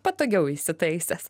patogiau įsitaisęs